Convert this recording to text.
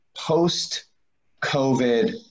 post-COVID